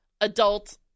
adult